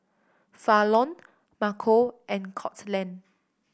Falon Marco and Courtland